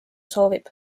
soovib